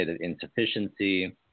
insufficiency